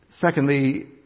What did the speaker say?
Secondly